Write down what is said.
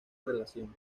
relación